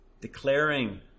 declaring